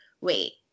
wait